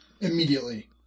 immediately